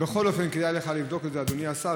בכל אופן כדאי לך לבדוק את זה, אדוני השר.